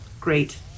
great